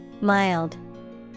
Mild